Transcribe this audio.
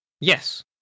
Yes